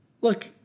Look